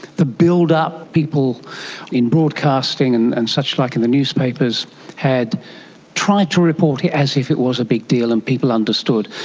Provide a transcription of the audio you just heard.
the build-up, people in broadcasting and and suchlike in the newspapers had tried to report it as if it was a big deal and people understood.